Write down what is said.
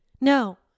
No